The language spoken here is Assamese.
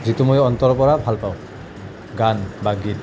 যিটো মই অন্তৰৰ পৰা ভালপাওঁ গান বা গীত